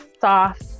soft